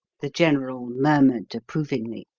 the general murmured approvingly.